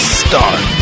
start